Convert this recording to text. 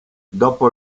dopo